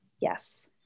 Yes